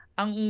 ang